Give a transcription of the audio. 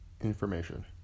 information